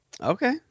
okay